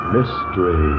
Mystery